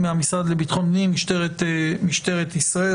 ממשטרת ישראל,